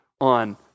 on